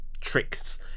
tricks